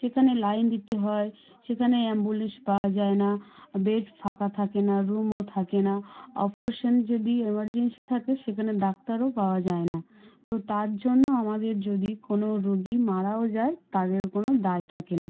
সেখানে লাইন দিতে হয় সেখানে অ্যাম্বুল্যান্স পাওয়া যায় না বেড ফাঁকা থাকে না রুমও থাকে না অপারেশন যদি এমার্জেন্সি থাকে সেখানে ডাক্তারও পাওয়া যায় না তো তার জন্য আমাদের যদি কোনো রোগী মারাও যায় তাদের কোনো দায় থাকে না